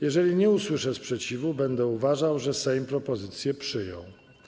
Jeżeli nie usłyszę sprzeciwu, będę uważał, że Sejm propozycję przyjął.